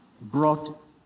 brought